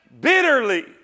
bitterly